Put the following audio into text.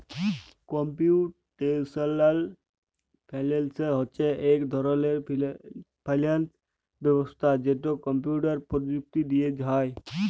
computational finance হছে ইক ধরলের ফিল্যাল্স ব্যবস্থা যেট কম্পিউটার পরযুক্তি দিঁয়ে হ্যয়